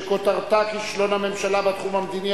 שכותרתה: כישלון הממשלה בתחום המדיני,